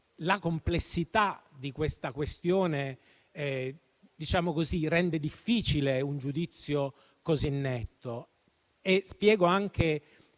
la complessità della questione rende difficile un giudizio così netto. E spiego anche